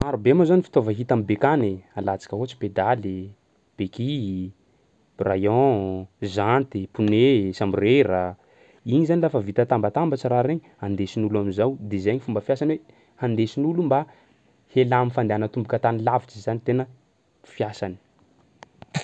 Marobe moa zany fitaova hita am'bekany e, alantsika ohatsy pedaly, beky, b- rayon, janty, pnu, chambre air. Igny zany lafa vita tambatambatsy raha regny andesin'olo am'zao de zay ny fomba fiasany hoe handesin'olo mba hiala am'fandehanan-tomboky an-tany lavitsy zany tena fiasany.